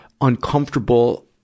uncomfortable